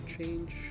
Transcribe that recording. change